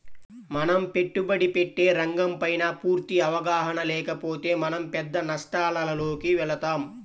మనం పెట్టుబడి పెట్టే రంగంపైన పూర్తి అవగాహన లేకపోతే మనం పెద్ద నష్టాలలోకి వెళతాం